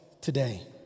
today